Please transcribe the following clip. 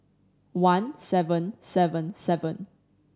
one seven seven seven